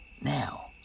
Now